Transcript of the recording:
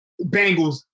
Bengals